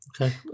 Okay